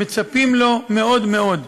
מצפים לו מאוד מאוד.